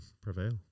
prevail